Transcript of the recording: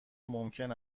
ممکن